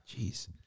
Jeez